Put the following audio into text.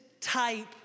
type